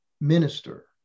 minister